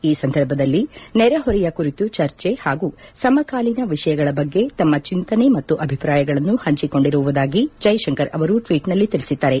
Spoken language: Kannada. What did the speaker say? ಈ ಸಂದರ್ಭದಲ್ಲಿ ನೆರೆಹೊರೆಯ ಕುರಿತು ಚರ್ಚೆ ಹಾಗೂ ಸಮಕಾಲೀನ ವಿಷಯಗಳ ಬಗ್ಗೆ ತಮ್ಮ ಚಿಂತನೆ ಮತ್ತು ಅಭಿಪ್ರಾಯಗಳನ್ನು ಹಂಚೆಕೊಂಡಿರುವುದಾಗಿ ಜೈಶಂಕರ್ ಅವರು ಟ್ವೀಟ್ನಲ್ಲಿ ತಿಳಿಸಿದ್ದಾರೆ